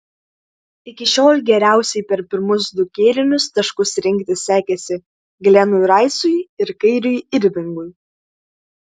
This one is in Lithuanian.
iki šiol geriausiai per pirmus du kėlinius taškus rinkti sekėsi glenui raisui ir kairiui irvingui